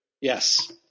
Yes